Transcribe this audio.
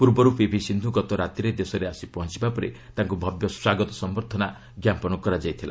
ପୂର୍ବରୁ ପିଭି ସିନ୍ଧୁ ଗତ ରାତିରେ ଦେଶରେ ଆସି ପହଞ୍ଚିବା ପରେ ତାଙ୍କୁ ଭବ୍ୟ ସମ୍ଭର୍ଦ୍ଧନା ଜ୍ଞାପନ କରାଯାଇଥିଲା